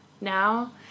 now